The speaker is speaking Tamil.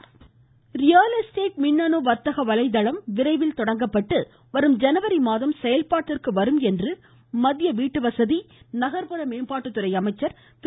ஹர்தீப்சிங் பூரி ரியல் எஸ்டேட் மின்னணு வர்த்தக வலைதளம் விரைவில் தொடங்கப்பட்டு வரும் ஜனவரிமாதம் செயல்பாட்டிற்கு வரும் என்று மத்திய வீட்டு வசதி நகர்ப்புற மேம்பாட்டுத்துறை திரு